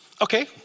Okay